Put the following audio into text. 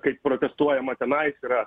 kaip protestuojama tenais yra